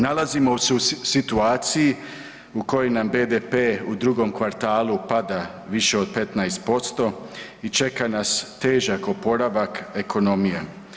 Nalazimo se u situaciji u kojoj na BDP u drugom kvartalu pada više od 15% i čeka nas težak oporavak ekonomije.